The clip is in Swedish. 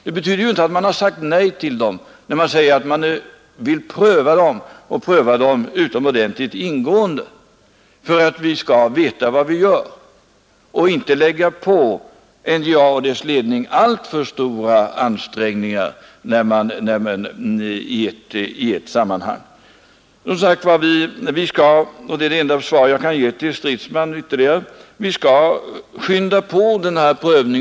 Det betyder ju inte att man säger nej till investeringarna, när man förklarar att man vill pröva dem mycket ingående för att vi skall veta vad vi gör och för att inte lägga på NJA alltför stora uppgifter i detta sammanhang. Och vi skall skynda på denna prövning och behandling så mycket vi över huvud taget kan, herr Stridsman.